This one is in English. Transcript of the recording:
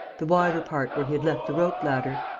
the wider part, where he had left the rope-ladder.